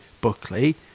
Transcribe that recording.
Buckley